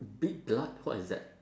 big blood what is that